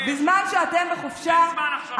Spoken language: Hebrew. אני באמת מרחמת עליכם.